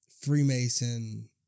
freemason